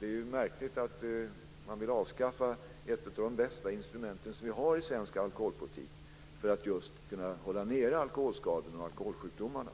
Det är märkligt att hon vill avskaffa ett av de bästa instrumenten som vi har i svensk alkoholpolitik för att kunna hålla nere alkoholskadorna och alkoholsjukdomarna.